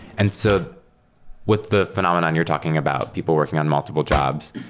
and so with the phenomenon you're talking about, people working on multiple jobs,